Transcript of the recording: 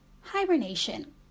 Hibernation